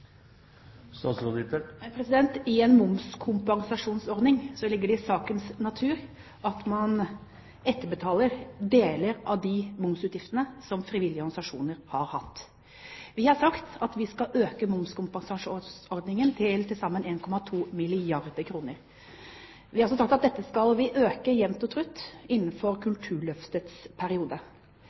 I en momskompensasjonsordning ligger det i sakens natur at man etterbetaler deler av de momsutgiftene som frivillige organisasjoner har hatt. Vi har sagt at vi skal øke momskompensasjonsordningen til til sammen 1,2 milliarder kr. Vi har også sagt at dette skal vi øke jevnt og trutt innenfor Kulturløftets periode.